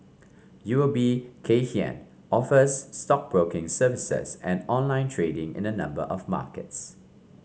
U O B Kay Hian offers stockbroking services and online trading in a number of markets